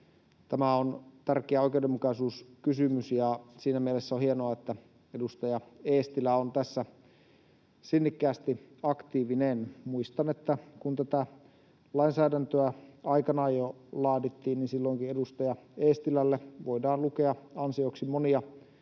Tämä on tärkeä oikeudenmukaisuuskysymys, ja siinä mielessä on hienoa, että edustaja Eestilä on tässä sinnikkäästi aktiivinen. Muistan, että kun tätä lainsäädäntöä aikanaan jo laadittiin, silloinkin edustaja Eestilälle voitiin lukea ansioksi monia